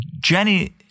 Jenny